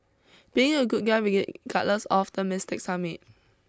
being a good guy galas of the mistakes I made